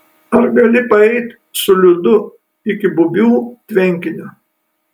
ar gali paeit su liudu iki bubių tvenkinio